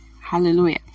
Hallelujah